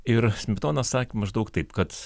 ir smetona sakė maždaug taip kad